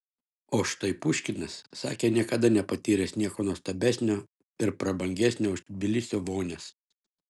o štai puškinas sakė niekada nepatyręs nieko nuostabesnio ir prabangesnio už tbilisio vonias